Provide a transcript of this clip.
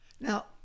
Now